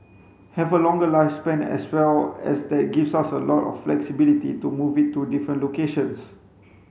have a longer lifespan as well and that gives us a lot of flexibility to move it to different locations